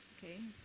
okay,